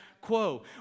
quo